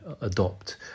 adopt